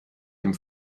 dem